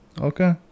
Okay